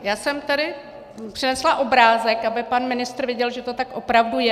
Já jsem tady přinesla obrázek, aby pan ministr viděl, že to tak opravdu je.